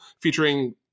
featuring